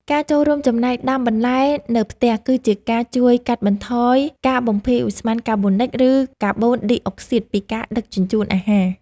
ការចូលរួមចំណែកដាំបន្លែនៅផ្ទះគឺជាការជួយកាត់បន្ថយការបំភាយឧស្ម័នកាបូនិច ឬ កាបូនឌីអុកស៊ីតពីការដឹកជញ្ជូនអាហារ។